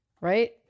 right